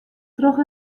troch